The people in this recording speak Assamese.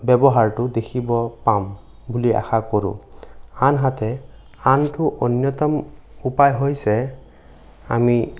ব্যৱহাৰটো দেখিবলৈ পাম বুলি আশা কৰোঁ আনহাতে আনটো অন্যতম উপায় হৈছে আমি